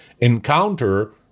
encounter